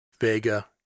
Vega